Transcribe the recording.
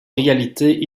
réalité